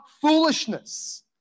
foolishness